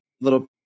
little